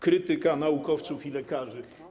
Krytyka naukowców i lekarzy”